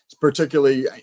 particularly